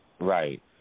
Right